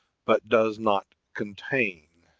but does not contain.